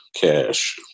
cash